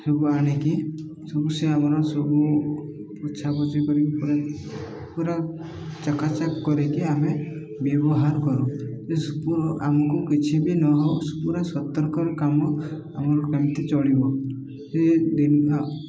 ସବୁ ଆଣିକି ସବୁ ସେ ଆମର ସବୁ ପୋଛା ପୋଛି କରିକି ପୁରା ପୁରା ଚକାଚକ କରିକି ଆମେ ବ୍ୟବହାର କରୁ ଆମକୁ କିଛି ବି ନହଉ ପୁରା ସତର୍କର କାମ ଆମର କେମିତି ଚଳିବ ସେ ଦିନ